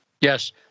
Yes